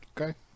Okay